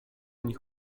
nich